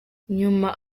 nyuma